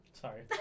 Sorry